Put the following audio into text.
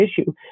issue